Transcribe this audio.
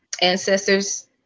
ancestors